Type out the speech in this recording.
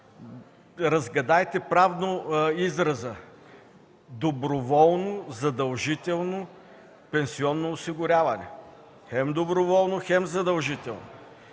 Разгадайте правно израза: „Доброволно задължително пенсионно осигуряване”. Хем „доброволно”, хем „задължително”.